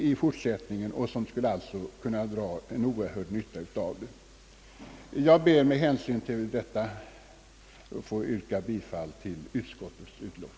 För dem skulle en anslagsökning av denna storleksordning betyda mycket. Jag ber att med hänvisning till det anförda få yrka bifall till utskottets hemställan.